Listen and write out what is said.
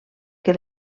que